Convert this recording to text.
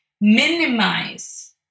minimize